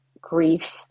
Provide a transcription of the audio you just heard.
grief